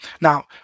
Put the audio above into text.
Now